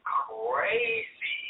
crazy